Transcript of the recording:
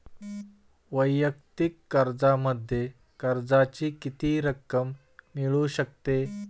वैयक्तिक कर्जामध्ये कर्जाची किती रक्कम मिळू शकते?